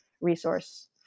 resource